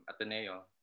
Ateneo